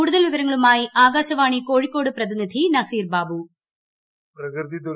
കൂടുതൽ വിവരങ്ങളുമായി ആകാശവാണി കോഴിക്കോട് പ്രതിനിധി നസീർ ബാബു